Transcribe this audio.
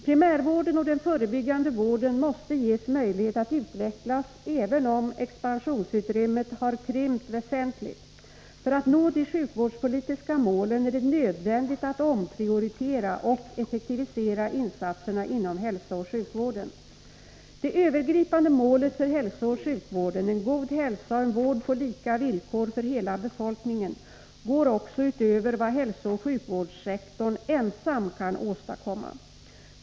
Primärvården och den förebyggande vården måste ges möjlighet att utvecklas även om expansionsutrymmet har krympt väsentligt. För att nå de sjukvårdspolitiska målen är det nödvändigt att omprioritera och effektivisera insatserna inom hälsoch sjukvården. Det övergripande målet för hälsooch sjukvården — en god hälsa och en vård på lika villkor för hela befolkningen — går också utöver vad hälsooch sjukvårdssektorn ensam kan åstadkomma.